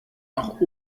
auch